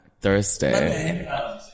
Thursday